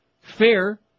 Fair